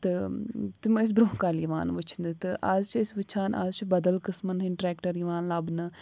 تہٕ تِم ٲسۍ برٛونٛہہ کالہِ یِوان وُچھنہٕ تہٕ اَز چھِ أسۍ وُچھان اَز چھُ بَدَل قٕسمَن ہٕنٛدِۍ ٹرٛیٚکٹر یِوان لَبنہٕ